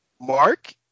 Mark